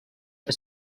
que